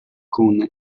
con